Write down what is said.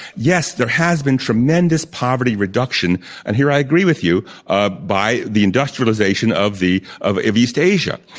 yes, there has been tremendous poverty reduction and here i agree with you ah by the industrialization of the of of east asia.